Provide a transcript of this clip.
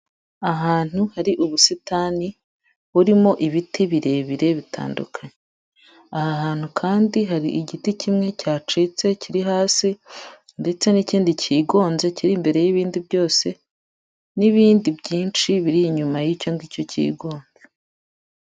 Ahantu hari ubusitani, burimo ibiti birebire bitandukanye, aha hantu kandi hari igiti kimwe cyacitse kiri hasi ndetse n'ikindi cyigonze kiri imbere y'ibindi byose n'ibindi byinshi biri inyuma y'icyo ngicyo cyigonze.